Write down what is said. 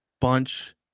bunch